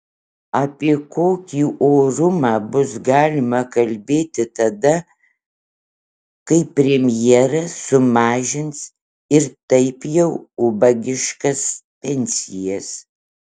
apie kokį orumą bus galima kalbėti tada kai premjeras sumažins ir taip jau ubagiškas pensijas